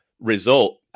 result